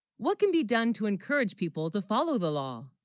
what can, be done to encourage people to follow, the law